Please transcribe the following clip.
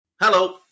Hello